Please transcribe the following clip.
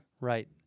Right